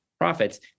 profits